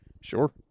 Sure